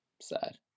Sad